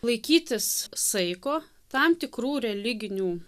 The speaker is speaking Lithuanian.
laikytis saiko tam tikrų religinių